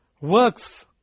works